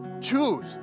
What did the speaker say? choose